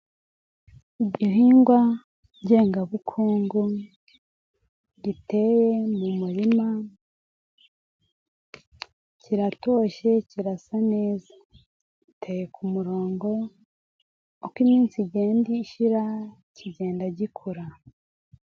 Igihingwa ngengabukungu giteye mu murima, kiratoshye, kirasa neza, giteyeye ku murongo uko iminsi igenda ishira kigenda gikura.